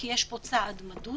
כי יש פה צעד מדוד,